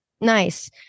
nice